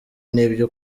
n’ibyo